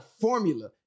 formula